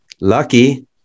Lucky